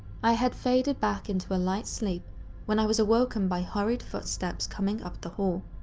i had faded back into light sleep when i was awoken by hurried footsteps coming up the hall.